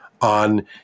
on